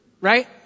Right